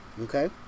Okay